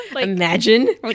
imagine